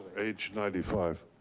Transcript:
age ninety five.